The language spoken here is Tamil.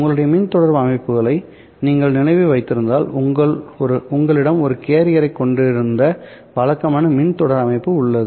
உங்களுடைய மின் தொடர்பு அமைப்புகளை நீங்கள் நினைவில் வைத்திருந்தால் உங்களிடம் ஒரு கேரியரைக் கொண்டிருந்த வழக்கமான மின் தொடர்பு அமைப்பு உள்ளது